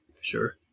sure